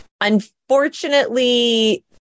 Unfortunately